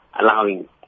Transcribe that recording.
allowing